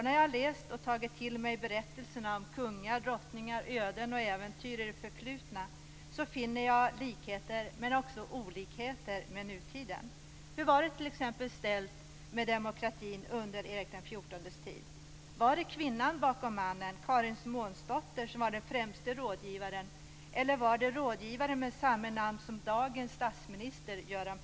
När jag läst och tagit till mig berättelserna om kungar och drottningar, öden och äventyr, ur det förflutna finner jag likheter men också olikheter med nutiden. Hur var det t.ex. ställt med demokratin under Erik XIV:s tid? Var det kvinnan bakom mannen, Karin Månsdotter, som var den främste rådgivaren, eller var det Jöran Persson, rådgivaren med samma namn som dagens statsminister?